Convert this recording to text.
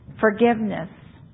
forgiveness